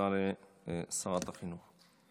השאילתה לשרת החינוך.